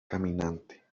caminante